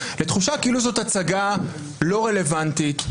לתחושה כאילו זאת הצגה לא רלוונטית,